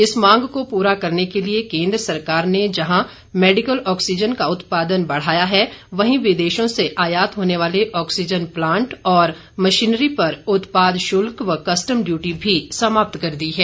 इस मांग को पूरा करने के लिए केन्द्र सरकार ने जहां मैडिकल ऑक्सीजन का उत्पादन बढ़ाया है वहीं विदेशों से आयात होने वाले ऑक्सीजन प्लांट और मशीनरी पर उत्पाद शुल्क व कस्टम डयूटी भी समाप्त कर दी है